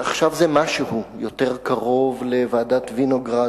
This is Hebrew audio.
ועכשיו זה משהו יותר קרוב לוועדת-וינוגרד